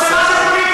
זו לא פוליטיקה?